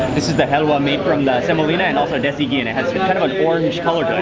this is the halwa made from the semolina, and also desi ghee, and it has kind of an orange color to it.